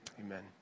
Amen